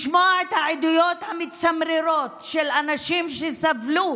לשמוע את העדויות המצמררות של אנשים שסבלו